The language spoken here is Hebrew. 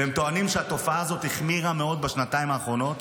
והם טוענים שהתופעה הזאת החמירה מאוד בשנתיים האחרונות,